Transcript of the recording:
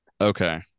Okay